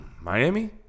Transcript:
Miami